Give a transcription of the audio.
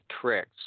tricks